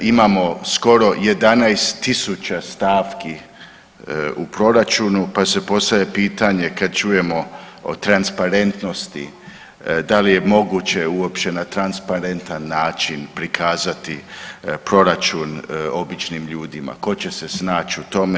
Imamo skoro 11.000 stavki u proračunu, pa se postavlja pitanje kad čujemo o transparentnosti, da li je moguće uopće na transparentan način prikazati proračun običnim ljudima, tko će se snaći u tome.